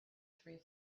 three